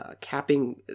Capping